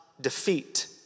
defeat